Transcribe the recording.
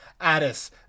Addis